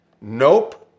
nope